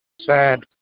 Sad